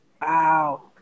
Wow